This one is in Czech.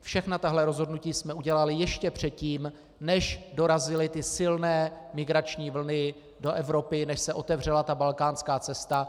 Všechna tato rozhodnutí jsme udělali ještě předtím, než dorazily ty silné migrační vlny do Evropy, než se otevřela balkánská cesta.